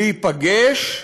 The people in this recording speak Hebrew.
להיפגש,